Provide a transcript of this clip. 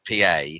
PA